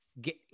get